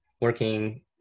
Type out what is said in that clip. working